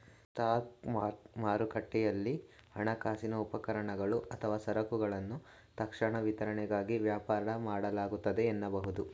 spot ಮಾರುಕಟ್ಟೆಯಲ್ಲಿ ಹಣಕಾಸಿನ ಉಪಕರಣಗಳು ಅಥವಾ ಸರಕುಗಳನ್ನ ತಕ್ಷಣ ವಿತರಣೆಗಾಗಿ ವ್ಯಾಪಾರ ಮಾಡಲಾಗುತ್ತೆ ಎನ್ನಬಹುದು